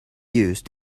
used